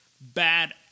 bad